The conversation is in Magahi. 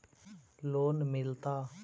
लोन मिलता?